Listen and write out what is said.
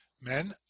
men